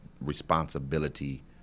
responsibility